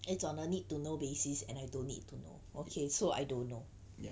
ya